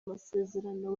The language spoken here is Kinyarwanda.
amasezerano